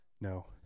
No